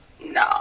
No